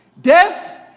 Death